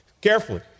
carefully